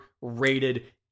rated